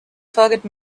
forget